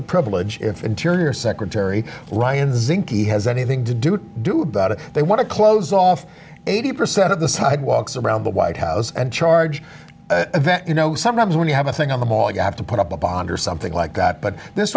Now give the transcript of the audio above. the privilege if interior secretary ryan zinke he has anything to do do about it they want to close off eighty percent of the sidewalks around the white house and charge that you know sometimes when you have a thing on the ball you have to put up a bond or something like that but th